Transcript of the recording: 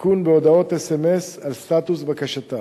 עדכון בהודעות אס.אם.אס על סטטוס בקשתם.